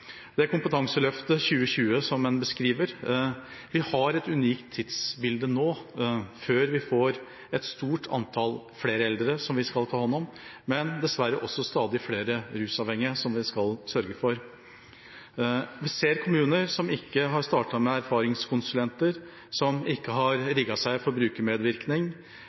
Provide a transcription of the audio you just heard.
Kompetanseløftet 2020, som en beskriver: Vi har nå et unikt tidsbilde før vi får et stort antall flere eldre som vi skal ta hånd om, men vi får dessverre også stadig flere rusavhengige som vi skal sørge for. Vi ser kommuner som ikke har startet med erfaringskonsulenter, som ikke har rigget seg for brukermedvirkning,